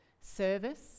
service